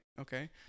okay